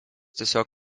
tiesiog